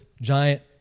giant